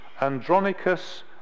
Andronicus